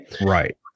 Right